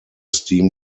steam